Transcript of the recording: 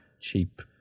cheap